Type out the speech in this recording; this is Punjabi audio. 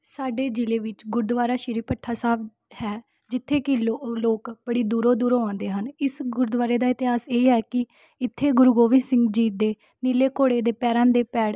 ਸਾਡੇ ਜ਼ਿਲ੍ਹੇ ਵਿੱਚ ਗੁਰਦੁਆਰਾ ਸ੍ਰੀ ਭੱਠਾ ਸਾਹਿਬ ਹੈ ਜਿੱਥੇ ਕਿ ਲੋ ਅ ਲੋਕ ਬੜੀ ਦੂਰੋਂ ਦੂਰੋਂ ਆਉਂਦੇ ਹਨ ਇਸ ਗੁਰਦੁਆਰੇ ਦਾ ਇਤਿਹਾਸ ਇਹ ਹੈ ਕਿ ਇੱਥੇ ਗੁਰੂ ਗੋਬਿੰਦ ਸਿੰਘ ਜੀ ਦੇ ਨੀਲੇ ਘੋੜੇ ਦੇ ਪੈਰਾਂ ਦੇ ਪੈੜ